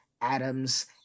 Adams